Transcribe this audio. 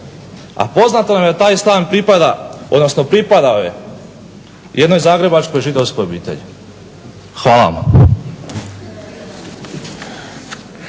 A poznato je da taj stan pripada, odnosno pripadao je jednoj zagrebačkoj židovskoj obitelji. Hvala vam.